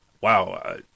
Wow